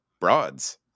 broads